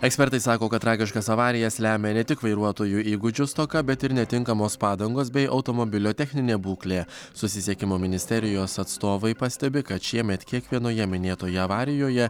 ekspertai sako kad tragiškas avarijas lemia ne tik vairuotojų įgūdžių stoka bet ir netinkamos padangos bei automobilio techninė būklė susisiekimo ministerijos atstovai pastebi kad šiemet kiekvienoje minėtoje avarijoje